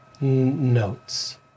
Notes